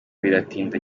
biratinda